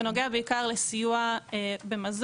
הוא נוגע בעיקר לסיוע במזון,